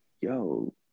Yo